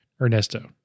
ernesto